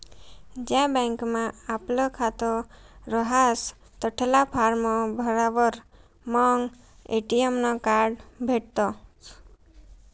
ज्या बँकमा आपलं खातं रहास तठला फार्म भरावर मंग ए.टी.एम नं कार्ड भेटसं